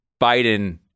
Biden